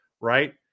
right